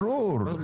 ברור.